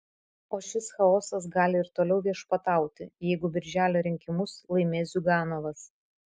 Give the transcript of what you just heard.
o šis chaosas gali ir toliau viešpatauti jeigu birželio rinkimus laimės ziuganovas